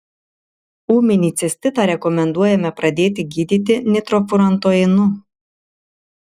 ūminį cistitą rekomenduojame pradėti gydyti nitrofurantoinu